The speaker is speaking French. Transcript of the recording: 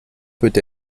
peut